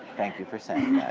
thank you for saying that.